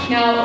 Now